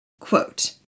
Quote